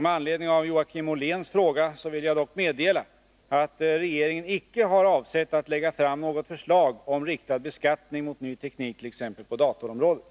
Med anledning av Joakim Olléns fråga vill jag dock meddela att regeringen icke har avsett att lägga fram något förslag om riktad beskattning mot ny teknik t.ex. på datorområdet.